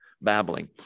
babbling